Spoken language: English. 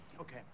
Okay